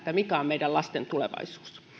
mikä on meidän lastemme tulevaisuus